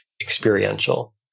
experiential